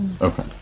Okay